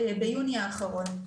ביוני האחרון.